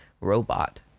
robot